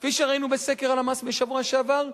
כפי שראינו בסקר הלמ"ס מהשבוע שעבר,